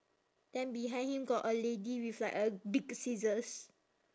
then behind him got a lady with like a big scissors